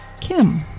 Kim